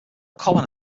common